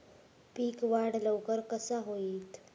पीक वाढ लवकर कसा होईत?